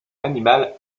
animal